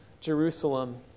Jerusalem